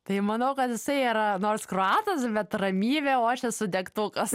tai manau kad jisai yra nors kroatas bet ramybė o aš esu degtukas